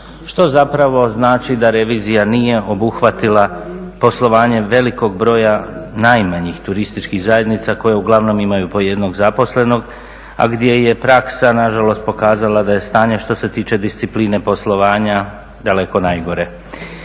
što zapravo znači da revizija nije obuhvatila poslovanje velikog broja najmanjih turističkih zajednica koje uglavnom imaju po jednog zaposlenog a gdje je praksa nažalost pokazala da je stanje što se tiče discipline poslovanja daleko najgore.